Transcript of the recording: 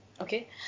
okay